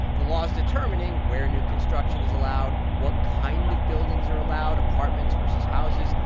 the laws determining where new construction is allowed, what kind of buildings are allowed, apartments versus houses,